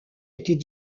était